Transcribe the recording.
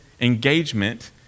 engagement